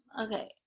Okay